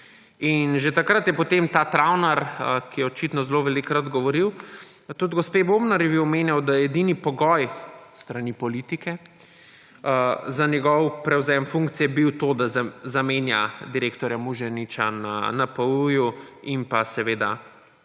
In že takrat je potem Travner, ki je očitno zelo veliko rad govoril, tudi gospe Bobnar omenjal, da je edini pogoj s strani politike za njegov prevzem funkcije bil ta, da zamenja direktorja Muženiča na NPU in pa seveda